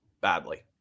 badly